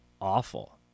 awful